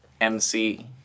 MC